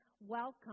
welcome